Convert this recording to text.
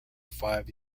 five